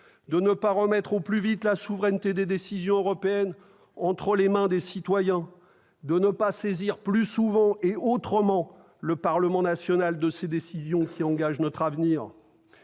de ne pas remettre au plus vite la souveraineté des décisions européennes entre les mains des citoyens, de ne pas saisir plus souvent et autrement le Parlement national de ces décisions qui engagent notre avenir.